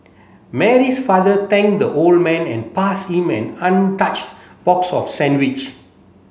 Mary's father thanked the old man and passed him an untouched box of sandwich